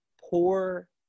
poor